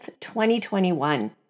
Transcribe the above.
2021